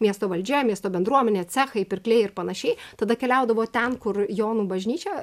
miesto valdžia miesto bendruomenė cechai pirkliai ir panašiai tada keliaudavo ten kur jonų bažnyčia